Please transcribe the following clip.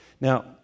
Now